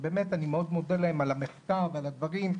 באמת אני מאוד מודה להם על המחקר ועל הדברים,